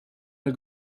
nel